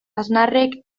aznarrek